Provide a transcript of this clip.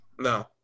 No